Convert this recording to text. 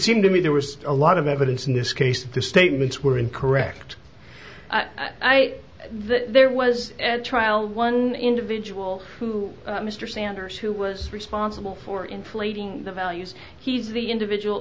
seemed to me there was a lot of evidence in this case that the statements were incorrect that there was at trial one individual mr sanders who was responsible for inflating the values he's the individual